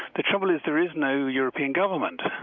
the trouble is there is no european government.